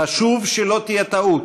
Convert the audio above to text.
חשוב שלא תהיה טעות: